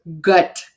gut